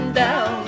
down